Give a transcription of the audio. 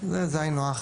קטינים,